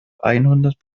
einhundert